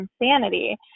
insanity